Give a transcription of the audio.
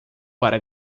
para